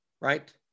right